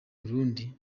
burundi